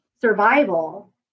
survival